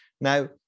Now